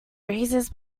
razors